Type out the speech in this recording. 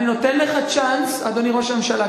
אני נותן לך צ'אנס, אדוני ראש הממשלה.